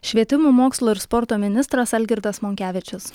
švietimo mokslo ir sporto ministras algirdas monkevičius